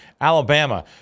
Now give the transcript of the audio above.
Alabama